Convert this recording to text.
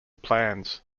plans